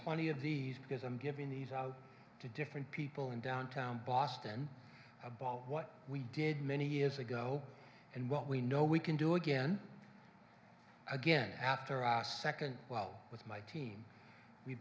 plenty of these because i'm giving these out to different people in downtown boston a ball what we did many years ago and what we know we can do again again after our second well with my team we